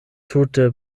tute